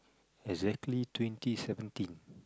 exactly twenty seventeen